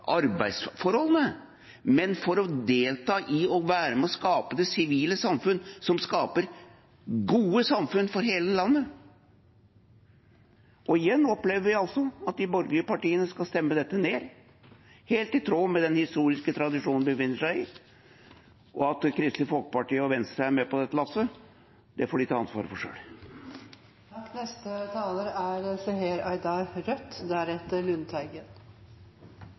arbeidsforholdene, men for å delta i og være med og skape det sivile samfunn som skaper gode samfunn for hele landet. Igjen opplever vi altså at de borgerlige partiene skal stemme dette ned, helt i tråd med den historiske tradisjonen de befinner seg i. Og at Kristelig Folkeparti og Venstre er med på dette lasset, får de ta ansvar for selv. Det går tilsynelatende bra for norsk fagbevegelse. Det er